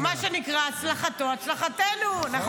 -- מה שנקרא, הצלחתו, הצלחתנו.